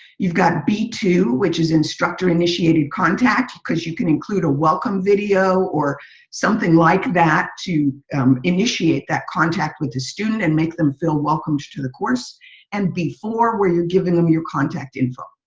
you've got b two, which is instructor initiated contact because you can include a welcome video or something like that to initiate that contact with the student and make them feel welcomed to the course and before where you've given them your contact info.